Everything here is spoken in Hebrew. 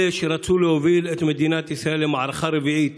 אלה שרצו להוביל את מדינת ישראל למערכה רביעית,